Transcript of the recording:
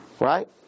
Right